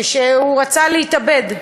ורצה להתאבד.